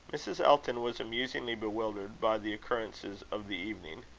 mrs. elton was amusingly bewildered by the occurrences of the evening.